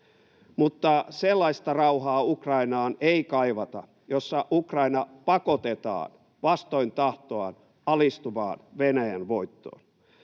Mutta sellaista rauhaa Ukrainaan ei kaivata, jossa Ukraina pakotetaan vastoin tahtoaan alistumaan Venäjän voittoon.